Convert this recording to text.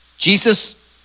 Jesus